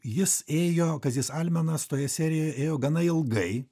jis ėjo kazys almenas toje serijoje ėjo gana ilgai